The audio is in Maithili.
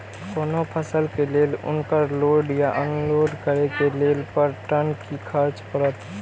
कोनो फसल के लेल उनकर लोड या अनलोड करे के लेल पर टन कि खर्च परत?